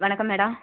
வணக்கம் மேடம்